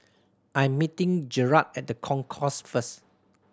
I'm meeting Jerald at The Concourse first